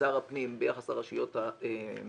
שר הפנים יעשה ביחס לרשויות המקומיות,